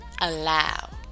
allow